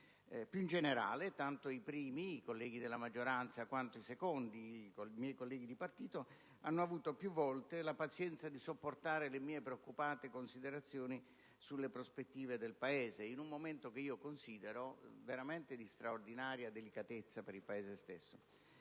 Più in generale, tanto i primi, i colleghi della maggioranza, quanto i secondi, i miei colleghi di partito, hanno avuto più volte la pazienza di sopportare le mie preoccupate considerazioni sulle prospettive del Paese, in un momento che considero veramente di straordinaria delicatezza per il Paese stesso.